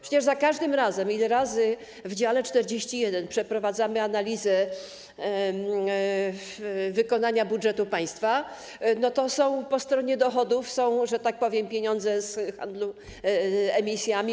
Przecież za każdym razem, ile razy w dziale 41 przeprowadzamy analizę wykonania budżetu państwa, po stronie dochodów są pieniądze z handlu emisjami.